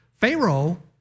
Pharaoh